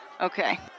Okay